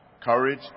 Courage